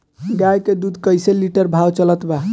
गाय के दूध कइसे लिटर भाव चलत बा?